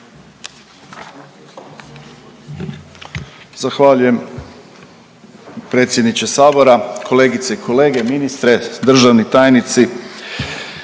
Zahvaljujem predsjedniče sabora. Kolegice i kolege, ministre, državni tajnici